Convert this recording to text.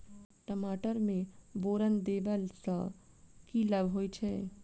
टमाटर मे बोरन देबा सँ की लाभ होइ छैय?